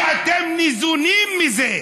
כי אתם ניזונים מזה.